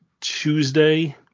Tuesday